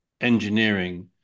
engineering